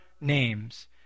names